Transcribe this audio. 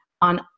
on